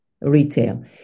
retail